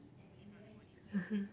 (uh huh)